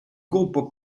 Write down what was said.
gruppo